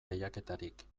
lehiaketarik